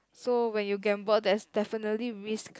so when you gamble there's definitely risk